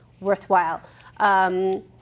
worthwhile